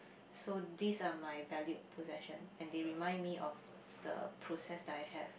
so these are my valued possession and they remind me of the process that I have